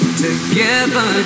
together